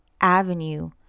avenue